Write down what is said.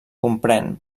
comprèn